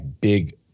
big